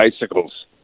bicycles